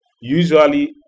usually